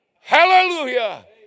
Hallelujah